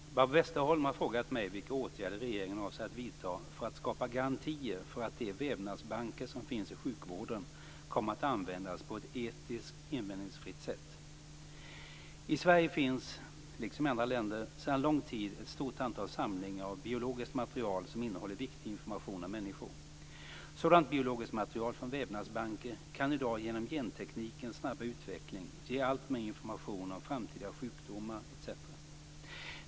Fru talman! Barbro Westerholm har frågat mig vilka åtgärder regeringen avser att vidta för att skapa garantier för att de vävnadsbanker som finns i sjukvården kommer att användas på ett etiskt invändningsfritt sätt. I Sverige finns liksom i andra länder sedan lång tid ett stort antal samlingar av biologiskt material som innehåller viktig information om människor. Sådant biologiskt material från vävnadsbanker kan i dag genom genteknikens snabba utveckling ge alltmer information om framtida sjukdomar etc.